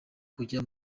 kujya